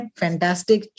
fantastic